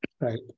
Right